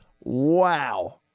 Wow